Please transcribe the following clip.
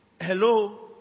Hello